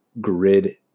grid